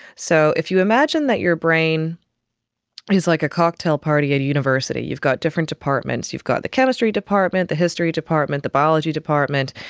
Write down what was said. so if you imagine that your brain is like a cocktail party at a university, you've got different departments, you've got the chemistry department, the history department, the biology department,